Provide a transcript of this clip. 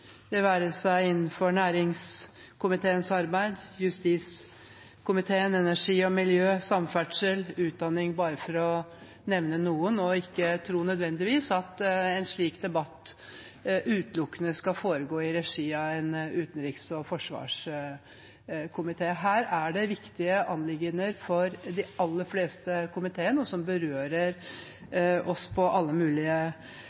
det være seg innenfor næringskomiteens arbeid, justiskomiteen, energi- og miljøkomiteen, samferdselskomiteen, utdanningskomiteen, bare for å nevne noen. Vi må ikke nødvendigvis tro at en slik debatt utelukkende skal foregå i regi av utenriks- og forsvarskomiteen. Her er det viktige anliggender for de aller fleste komiteene, og som berører